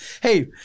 Hey